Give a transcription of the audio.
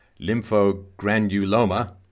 lymphogranuloma